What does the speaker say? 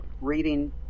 reading